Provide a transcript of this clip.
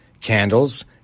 candles